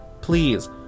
please